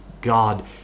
god